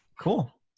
Cool